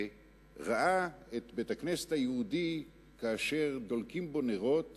וראה את בית-הכנסת היהודי שדולקים בו נרות